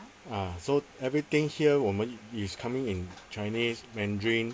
ah so everything here 我们 is coming in chinese mandarin